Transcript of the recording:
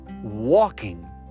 walking